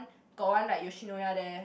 got one like Yoshinoya there